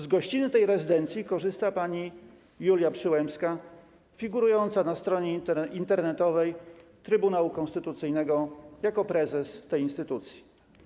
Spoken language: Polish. Z gościny w tej rezydencji korzysta pani Julia Przyłębska, figurująca na stronie internetowej Trybunału Konstytucyjnego jako prezes tej instytucji.